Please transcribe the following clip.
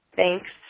thanks